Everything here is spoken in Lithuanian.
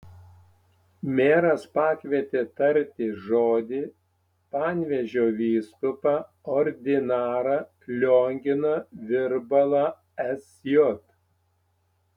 meras pakvietė tarti žodį panevėžio vyskupą ordinarą lionginą virbalą sj